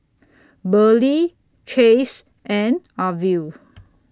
Burley Chace and Arvil